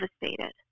devastated